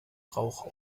rauch